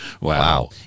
Wow